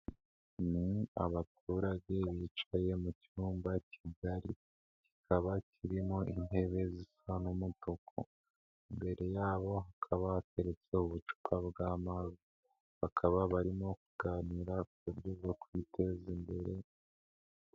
Ni abaturage bicaye mu cyumba kigari, kikaba kirimo intebe zisa n'umutku, imbere yabo hakaba hateretse ubucupa bw'amazi, bakaba barimo kuganira ku buryo bwo kwiteza imbere.